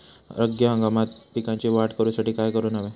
रब्बी हंगामात पिकांची वाढ करूसाठी काय करून हव्या?